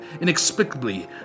Inexplicably